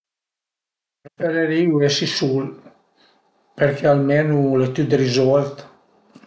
Preferirìu esi sul perché almenu al e tüt rizolt